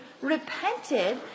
repented